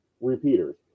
repeaters